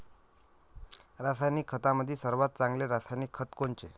रासायनिक खतामंदी सर्वात चांगले रासायनिक खत कोनचे?